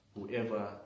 whoever